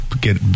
get